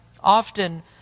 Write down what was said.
often